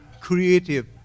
creative